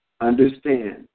Understand